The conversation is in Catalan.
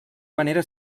manera